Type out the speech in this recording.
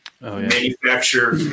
manufacture